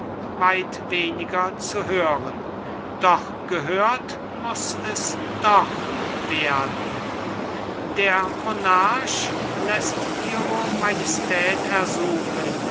weit weniger zu hören doch gehört muß es doch werden der monarch läßt ihre majestät ersuchen